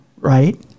Right